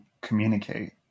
communicate